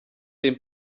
den